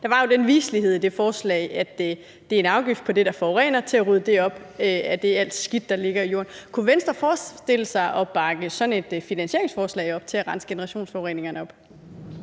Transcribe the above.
Det var jo så viseligt i det forslag, at det var en afgift på det, der forurener, som kunne bruges til at rydde alt det skidt op, der ligger i jorden. Kunne Venstre forestille sig at bakke sådan et forslag til at finansiere oprensningen af generationsforureningerne op?